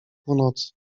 północy